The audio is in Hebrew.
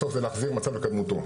בסוף זה להחזיר מצב לקדמותו.